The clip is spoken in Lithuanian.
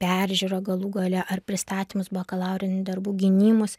peržiūrą galų gale ar pristatymus bakalaurinių darbų gynimus